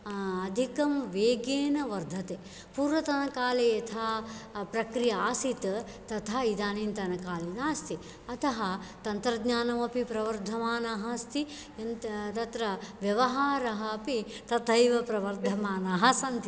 अधिकं वेगेन वर्धते पूर्वतन काले यथा प्रक्रियः आसीत् तथा इदानीं तनकाले नास्ति अतः तन्त्रज्ञानमपि प्रवर्धमानः अस्ति तत्र व्यवहारः अपि तथैव प्रवर्धमानाः सन्ति